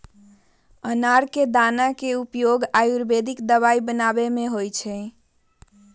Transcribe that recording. अनार के दाना के उपयोग आयुर्वेदिक दवाई बनावे में भी होबा हई